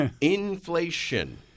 Inflation